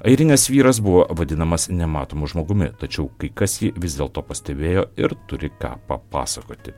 airinės vyras buvo vadinamas nematomu žmogumi tačiau kai kas jį vis dėlto pastebėjo ir turi ką papasakoti